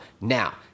now